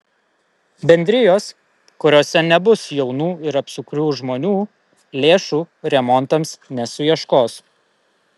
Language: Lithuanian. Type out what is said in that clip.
bendrijos kuriose nebus jaunų ir apsukrių žmonių lėšų remontams nesuieškos